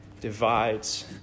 divides